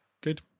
Good